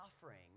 suffering